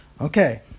Okay